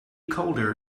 colder